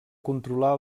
controlar